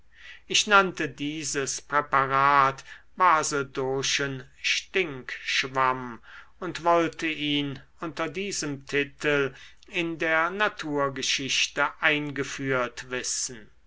ich nannte dieses präparat basedowschen stinkschwamm und wollte ihn unter diesem titel in der naturgeschichte eingeführt wissen